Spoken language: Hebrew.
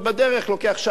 לוקח שעה וחצי,